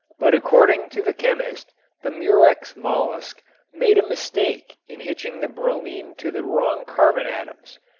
but according to the chemist the murex mollusk made a mistake in hitching the bromine to the wrong carbon atoms.